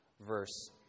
verse